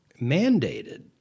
mandated